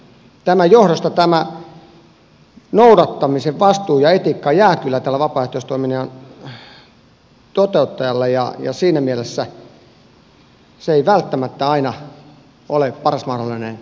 tämän johdosta tämä noudattamisen vastuu ja etiikka jää kyllä tälle vapaaehtoistoiminnan toteuttajalle ja siinä mielessä se ei välttämättä aina ole paras mahdollinen ratkaisu